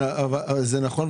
זה נכון.